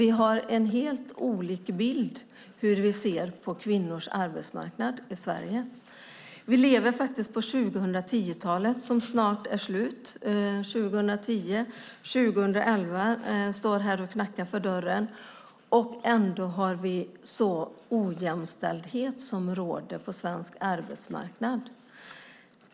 Vi har alltså helt olika bilder av och sätt att se på kvinnors arbetsmarknad i Sverige. Vi lever faktiskt på 2010-talet, och det är snart slut. År 2011 står för dörren och knackar. Ändå råder en sådan ojämställdhet på svensk arbetsmarknad.